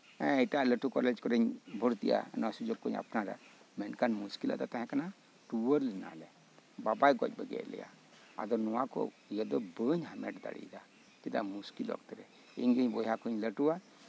ᱮᱴᱟᱜ ᱞᱟᱹᱴᱩ ᱠᱚᱞᱮᱡᱽ ᱠᱚᱨᱮᱜ ᱤᱧ ᱵᱷᱚᱨᱛᱤᱜᱼᱟ ᱮᱴᱟᱜ ᱥᱩᱡᱳᱜ ᱠᱚᱧ ᱟᱯᱱᱟᱨᱟ ᱩᱱ ᱡᱚᱠᱷᱚᱡ ᱫᱚ ᱨᱩᱣᱟᱹ ᱞᱮᱱᱟᱞᱮ ᱵᱟᱵᱟᱭ ᱜᱚᱡ ᱵᱟᱹᱜᱤᱭᱟᱜ ᱞᱮᱭ ᱟᱫᱚ ᱱᱚᱣᱟ ᱠᱚ ᱤᱭᱟᱹ ᱫᱚ ᱵᱟᱹᱧ ᱦᱟᱢᱮᱴ ᱫᱟᱲᱮᱭᱟᱫᱟ ᱪᱮᱫᱟᱜ ᱢᱩᱥᱠᱤᱞᱚᱜᱛᱮ ᱤᱧᱜᱮ ᱵᱚᱦᱭᱟ ᱠᱷᱚᱱ ᱤᱧ ᱞᱟᱹᱴᱩᱣᱟ